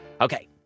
Okay